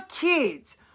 kids